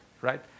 right